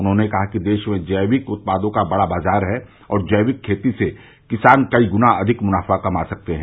उन्होंने कहा कि देश में जैविक उत्पादों का बड़ा बाजार है और जैविक खेती से किसान कई गुना अधिक मुनाफा कमा सकते है